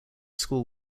school